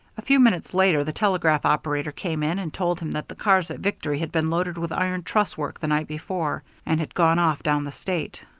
a few minutes later the telegraph operator came in and told him that the cars at victory had been loaded with iron truss work the night before, and had gone off down the state.